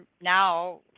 now